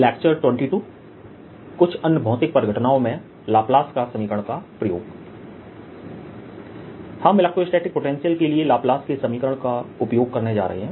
व्याख्यान 22 कुछ अन्य भौतिक परिघटनाओं में लाप्लास का समीकरण का प्रयोग हम इलेक्ट्रोस्टैटिक पोटेंशियल के लिए लाप्लास के समीकरण का उपयोग करने जा रहे हैं